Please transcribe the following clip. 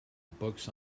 books